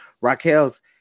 Raquel's